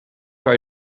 kan